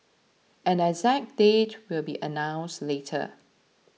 an exact date will be announced later